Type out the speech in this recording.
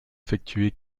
effectué